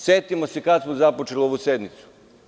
Setimo se kada smo započeli ovu sednicu.